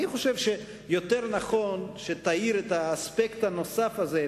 אני חושב שיותר נכון שתאיר את האספקט הנוסף הזה,